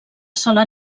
sola